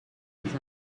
els